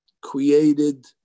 created